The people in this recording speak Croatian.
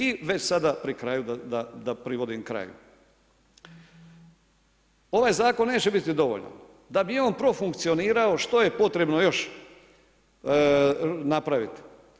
I već sada pri kraju, da privodim kraju, ovaj zakon neće biti dovoljan, da bi on profunkcionirao što je potrebno još napraviti?